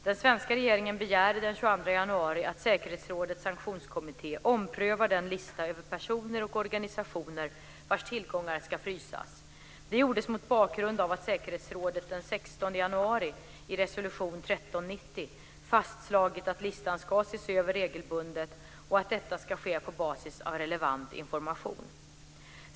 Den svenska regeringen begärde den 22 januari att säkerhetsrådets sanktionskommitté omprövar den lista över personer och organisationer vars tillgångar ska frysas. Det gjordes mot bakgrund av att säkerhetsrådet den 16 januari i resolution 1390 fastslagit att listan ska ses över regelbundet och att detta ska ske på basis av relevant information.